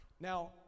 Now